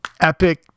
epic